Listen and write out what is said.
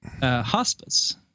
hospice